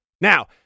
Now